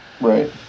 Right